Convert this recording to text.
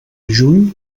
juny